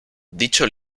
dicho